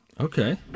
Okay